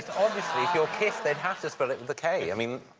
obviously, if you're kiss, they'd have to spell it with a k. i mean.